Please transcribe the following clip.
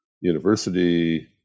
university